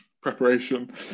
preparation